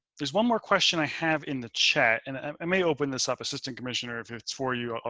there's one more question i have in the chat and i may open this up assistant commissioner, if it's for you. ah